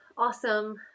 Awesome